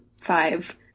five